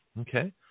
Okay